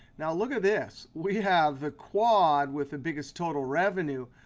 now look at this, we have the quad with the biggest total revenue.